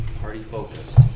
party-focused